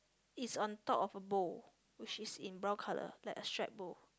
is on top of a bowl which is in brown colour like a straight bowl